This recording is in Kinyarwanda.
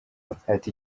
ati